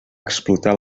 explotar